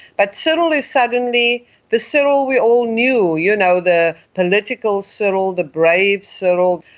but cyril is suddenly the cyril we all knew, you know, the political cyril, the brave cyril.